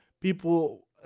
people